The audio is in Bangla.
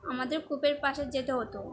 আমাদের কূপের পাশে যেতে হতো